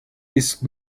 ist